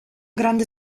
grande